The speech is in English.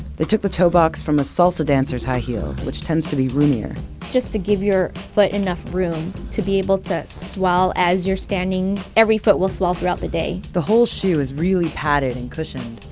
they took the toe box from a salsa dancer's high heel, which tends to be roomier just to give your foot enough room to be able to swell as you're standing. every foot will swell throughout the day the whole shoe is really padded and cushioned.